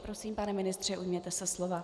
Prosím, pane ministře, ujměte se slova.